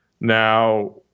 Now